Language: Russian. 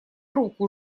руку